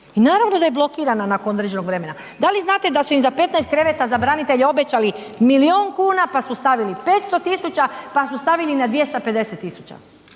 i naravno da je blokirana nakon određenog vremena. Da li znate da se i za 15 kreveta za branitelje obećali milijun kuna, pa su stavili 500.000,00 pa su stavili na 250.000,00